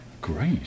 Great